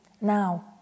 now